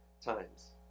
times